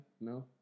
No